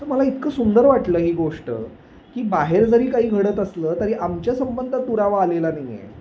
तर मला इतकं सुंदर वाटलं ही गोष्ट की बाहेर जरी काही घडत असलं तरी आमच्या संबंधात दुरावा आलेला नाही आहे